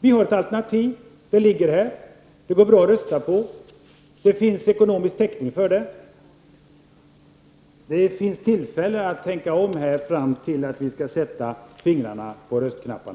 Vi har ett alternativ som är framlagt och som det går bra att rösta på, och det finns ekonomisk täckning för det förslaget. Det finns tillfälle att tänka om fram till dess att vi riksdagsledamöter skall sätta fingrarna på röstknapparna.